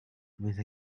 with